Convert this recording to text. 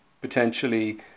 potentially